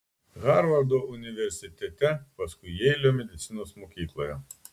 harvardo universitete paskui jeilio medicinos mokykloje